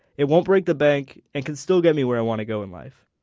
it won't break the bank and can still get me where i want to go in life.